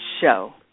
show